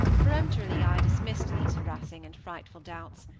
peremptorily i dismissed these harassing and frightful doubts.